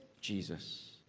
Jesus